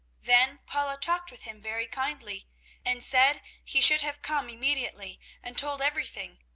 then paula talked with him very kindly and said he should have come immediately and told everything,